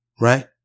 right